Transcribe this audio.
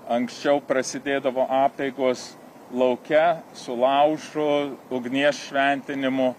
anksčiau prasidėdavo apeigos lauke su laužu ugnies šventinimu